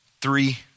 three